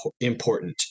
important